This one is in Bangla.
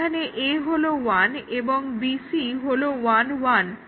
এখানে A হলো 1 এবং BC হল 1 1